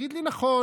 תגיד לי: נכון,